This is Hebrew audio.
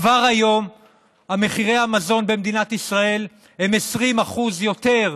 כבר היום מחירי המזון במדינת ישראל הם 20% יותר,